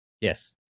Yes